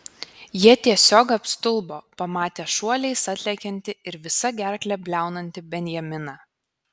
jie tiesiog apstulbo pamatę šuoliais atlekiantį ir visa gerkle bliaunantį benjaminą